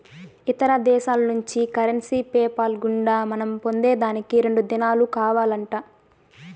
ఇతర దేశాల్నుంచి currency PayPal గుండా మనం పొందేదానికి రెండు దినాలు కావాలంట